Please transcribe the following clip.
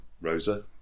Rosa